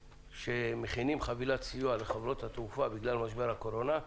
כשמכינים חבילת סיוע לחברות התעופה בגלל משבר הקורונה,